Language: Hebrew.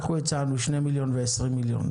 הצענו 2 מיליון ו-20 מיליון.